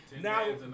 now